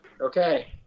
Okay